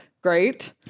Great